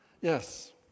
Yes